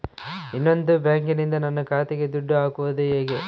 ಇನ್ನೊಂದು ಬ್ಯಾಂಕಿನಿಂದ ನನ್ನ ಖಾತೆಗೆ ದುಡ್ಡು ಹಾಕೋದು ಹೇಗೆ?